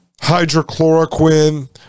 hydrochloroquine